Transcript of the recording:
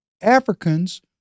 Africans